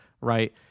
right